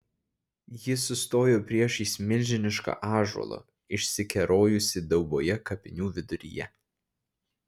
ji sustojo priešais milžinišką ąžuolą išsikerojusį dauboje kapinių viduryje